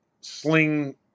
sling